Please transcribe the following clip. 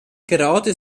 gerade